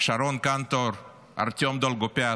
שרון קנטור, ארטיום דולגופיאט,